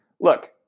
look